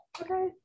Okay